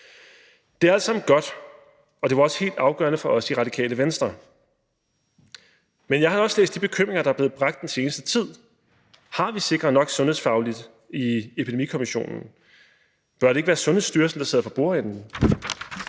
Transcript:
Det er alt sammen godt, og det var også helt altafgørende for os i Radikale Venstre Men jeg har også læst de bekymringer, der er blevet udtrykt den seneste tid: Har vi sikret os sundhedsfagligt godt nok i Epidemikommissionen? Bør det ikke være Sundhedsstyrelsen, der sidder for bordenden?